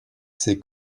c’est